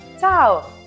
Ciao